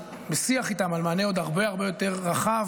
בשיח איתם על מענה עוד הרבה הרבה יותר רחב.